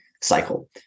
cycle